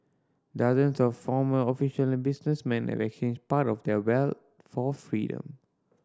dozens of former official and businessmen have exchanged part of their wealth for freedom